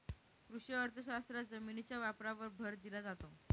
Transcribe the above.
कृषी अर्थशास्त्रात जमिनीच्या वापरावर भर दिला जातो